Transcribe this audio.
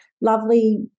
Lovely